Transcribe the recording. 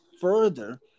further